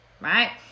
right